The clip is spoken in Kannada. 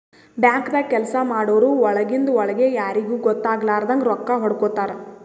ಬ್ಯಾಂಕ್ದಾಗ್ ಕೆಲ್ಸ ಮಾಡೋರು ಒಳಗಿಂದ್ ಒಳ್ಗೆ ಯಾರಿಗೂ ಗೊತ್ತಾಗಲಾರದಂಗ್ ರೊಕ್ಕಾ ಹೊಡ್ಕೋತಾರ್